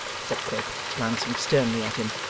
said quilp glancing sternly at him,